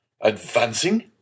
Advancing